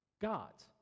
God's